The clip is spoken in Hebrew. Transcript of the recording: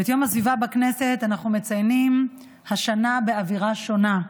ואת יום הסביבה בכנסת אנחנו מציינים השנה באווירה שונה,